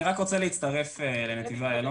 אני רק רוצה להצטרף לחברת נתיבי איילון,